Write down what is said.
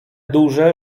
duże